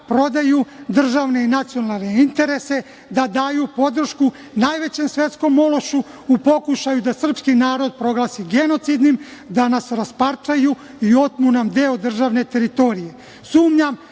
prodaju državne i nacionalne interese, da daju podršku najvećem svetskom ološu u pokušaju da srpski narod proglasi genocidnim, da nas rasparčaju i otmu nam deo državne teritorije.